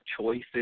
choices